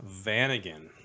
Vanagon